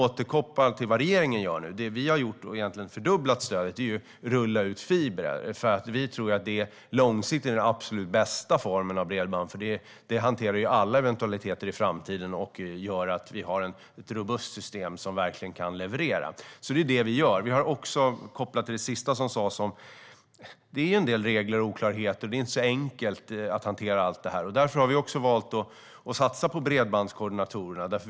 Åter till vad regeringen gör: Vi har fördubblat stödet och rullat ut fiber, som vi tror är den absolut bästa formen av bredband långsiktigt eftersom det hanterar alla eventualiteter i framtiden och gör att vi har ett robust system som verkligen kan leverera. Det är det vi gör. Kopplat till det sista som sas: Det är en del regler och oklarheter. Det är inte så enkelt att hantera allt detta. Därför har vi valt att satsa på bredbandskoordinatorer.